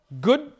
good